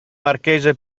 marchese